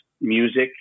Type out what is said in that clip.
music